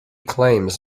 claims